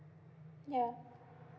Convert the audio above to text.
ya